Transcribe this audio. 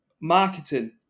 Marketing